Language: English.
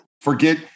Forget